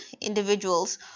individuals